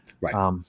Right